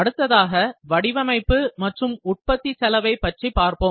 அடுத்ததாக வடிவமைப்பு மற்றும் உற்பத்தி செலவைப் பற்றி பார்ப்போம்